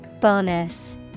Bonus